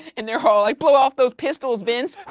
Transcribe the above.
and they're all like blow off those pistols, vince!